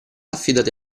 affidati